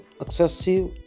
excessive